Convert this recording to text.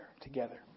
together